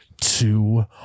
two